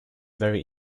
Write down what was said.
very